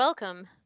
Welcome